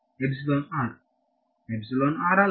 ವಿದ್ಯಾರ್ಥಿ epsilon r